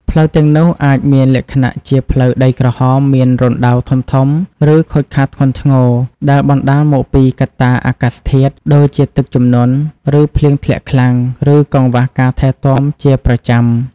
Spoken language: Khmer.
ផ្លូវទាំងនោះអាចមានលក្ខណៈជា ផ្លូវដីក្រហម មាន រណ្តៅធំៗ ឬ ខូចខាតធ្ងន់ធ្ងរ ដែលបណ្តាលមកពីកត្តាអាកាសធាតុ ដូចជាទឹកជំនន់ ឬភ្លៀងធ្លាក់ខ្លាំង ឬកង្វះការថែទាំជាប្រចាំ។